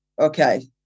okay